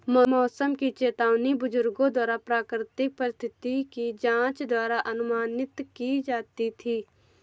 मौसम की चेतावनी बुजुर्गों द्वारा प्राकृतिक परिस्थिति की जांच द्वारा अनुमानित की जाती थी